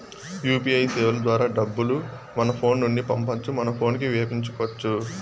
UPI సేవల ద్వారా డబ్బులు మన ఫోను నుండి పంపొచ్చు మన పోనుకి వేపించుకొచ్చు